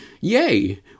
Yay